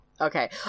Okay